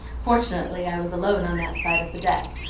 fortunately i was alone on that side of the deck,